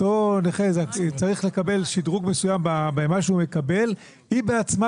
נכה צריך לקבל שדרוג מסוים במה שהוא מקבל היא בעצמה